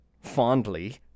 fondly